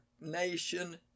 nation